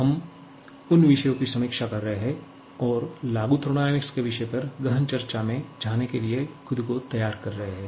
हम उन विषयों की समीक्षा कर रहे हैं और लागू थर्मोडायनामिक्स के विषय पर गहन चर्चा में जाने के लिए खुद को तैयार कर रहे हैं